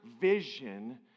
vision